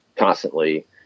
constantly